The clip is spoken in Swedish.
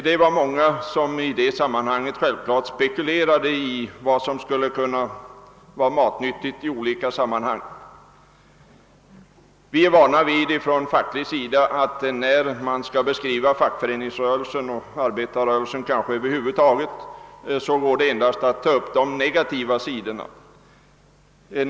Självklart var det många som spekulerade över vad som där kunde vara matnyttigt. Från facklig sida är vi vana vid att man vid reportage från fackföreningsrörelse och arbetarrörelsen över huvud taget endast tar upp de negativa sidorna.